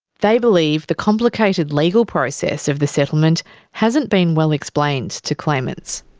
they believe the complicated legal process of the settlement hasn't been well explained to claimants.